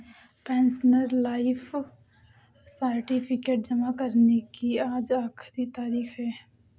pensioner life certificate जमा करने की आज आखिरी तारीख है